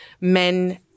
men